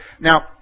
Now